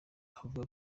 avuga